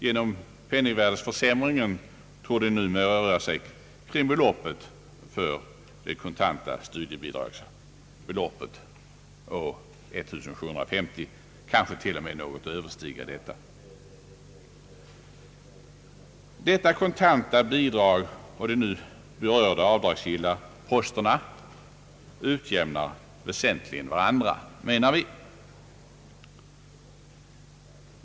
Genom penningvärdeförsämringen torde de numera röra sig kring beloppet för det kontanta studiebidraget, 1750 kronor. Detta kontanta bidrag och de nu berörda avdragsgilla posterna utjämnar väsentligen varandra, menar vi.